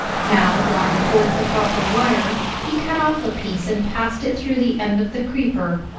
now drawing forth the copper wire, he cut off a piece and passed it through the end of the creeper,